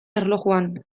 erlojuan